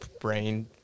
brain